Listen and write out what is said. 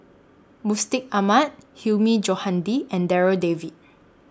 Mustaq Ahmad Hilmi Johandi and Darryl David